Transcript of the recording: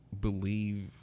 believe